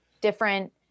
different